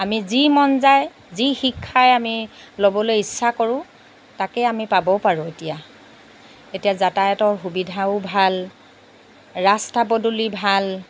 আমি যি মন যায় যি শিক্ষাই আমি ল'বলৈ ইচ্ছা কৰোঁ তাকেই আমি পাবও পাৰোঁ এতিয়া এতিয়া যাতায়তৰ সুবিধাও ভাল ৰাস্তা পদূলি ভাল